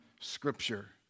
Scripture